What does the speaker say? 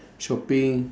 shopping